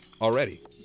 already